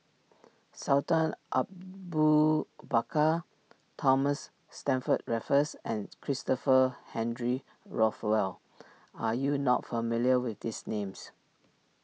Sultan Abu Bakar Thomas Stamford Raffles and Christopher Henry Rothwell are you not familiar with these names